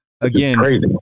again